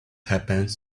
happens